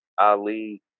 Ali